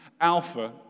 Alpha